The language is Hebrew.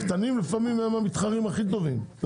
הקטנים לפעמים הם המתחרים הכי טובים.